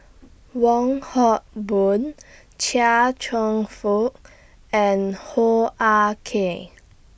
Wong Hock Boon Chia Cheong Fook and Hoo Ah Kay